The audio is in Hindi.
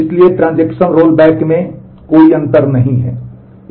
इसलिए ट्रांज़ैक्शन रोलबैक में कोई अंतर नहीं है